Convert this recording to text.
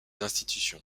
institutions